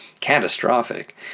catastrophic